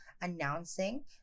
announcing